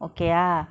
okay ah